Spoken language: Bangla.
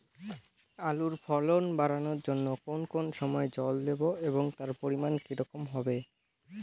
আলুর ফলন বাড়ানোর জন্য কোন কোন সময় জল দেব এবং তার পরিমান কি রকম হবে?